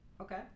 Okay